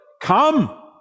Come